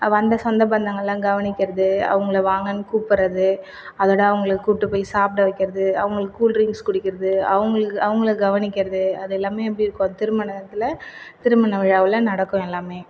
வந்த சொந்த பந்தங்கள்லாம் கவனிக்கிறது அவங்களை வாங்கனும் கூப்பிறது அதோடு அவங்களை கூப்பிட்டு போய் சாப்பிட வைக்கிறது அவங்களுக்கு கூல்ட்ரிங்க்ஸ் குடிக்கிறது அவங்களுக்கு அவங்களை கவனிக்கிறது அது எல்லாமே எப்படிருக்கும் திருமணத்தில் திருமண விழாவில் நடக்கும் எல்லாமே